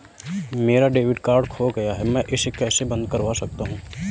मेरा debit card खो गया है मैं इसे कैसे बंद करवा सकता हूँ?